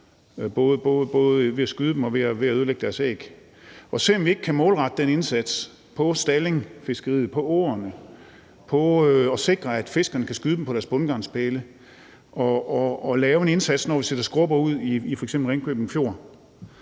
både ved at skyde dem og ved at ødelægge deres æg, og se, om vi ikke kan målrette den indsats på stallingfiskeriet, på åerne, på at sikre, at fiskerne kan skyde dem på bundgarnspælene og lave en indsats, når vi sætter skrubber ud i f.eks. Ringkøbing Fjord.